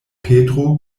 petro